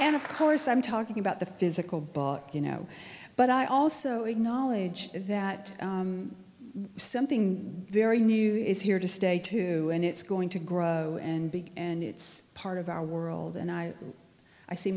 and of course i'm talking about the physical you know but i also acknowledge that something very new is here to stay to and it's going to grow and big and it's part of our world and i i see